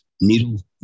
needle